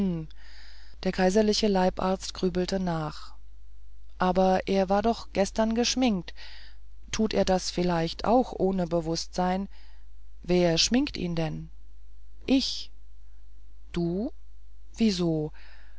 der kaiserliche leibarzt grübelte nach aber er war doch gestern geschminkt tut er das vielleicht auch ohne bewußtsein wer schminkt ihn denn ich du wieso